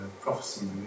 prophecy